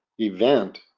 event